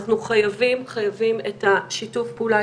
אנחנו חייבים את שיתוף הפעולה,